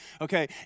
okay